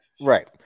right